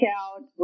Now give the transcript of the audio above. out